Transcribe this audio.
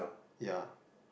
yeah